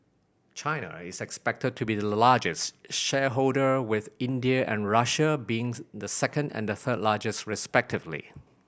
China is expected to be the largest shareholder with India and Russia being the second and third largest respectively